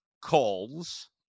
calls